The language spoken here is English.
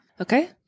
okay